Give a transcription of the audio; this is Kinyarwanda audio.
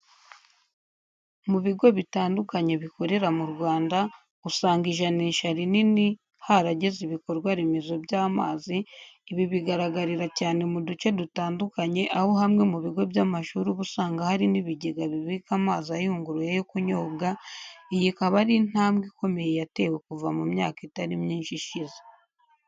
Mu bigo bitandukanye bikorera mu Rwanda usanga ijanisha rinini harageze ibikorwa remezo by'amazi, ibi bigaragarira cyane mu duce dutandukanye aho hamwe mu bigo b'amashuri uba usanga hari n'ibigega bibika amazi ayunguruye yo kunyobwa, iyi ikaba ari intwambwe ikomeye yatewe kuva mu myaka itari myinshi ishize.